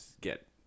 get